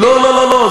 לא, לא, לא.